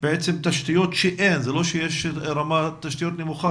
בעצם אין תשתיות, זה לא שיש רמת תשתיות נמוכה.